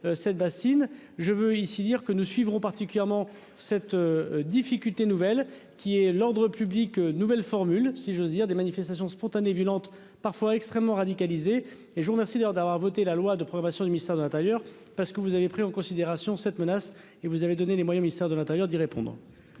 cette bassine je veux ici dire que nous suivrons particulièrement cette difficulté nouvelle qui est l'ordre public, nouvelle formule, si j'ose dire, des manifestations spontanées, violente parfois extrêmement radicalisés et je vous remercie d'ailleurs d'avoir voté la loi de probation du ministère de l'Intérieur, parce que vous avez pris en considération cette menace et vous avez donné les moyens, ministère de l'Intérieur, d'y répondre.